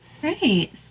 great